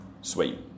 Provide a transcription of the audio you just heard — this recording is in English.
Sweet